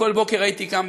בכל בוקר הייתי קם,